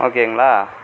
ஓகேங்களா